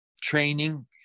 training